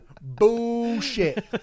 Bullshit